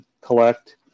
collect